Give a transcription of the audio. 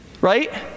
right